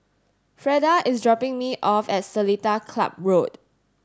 Freda is dropping me off at Seletar Club Road